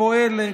מתפקדת, פועלת.